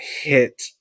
hit